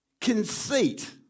Conceit